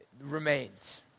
remains